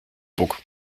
book